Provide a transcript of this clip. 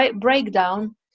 breakdown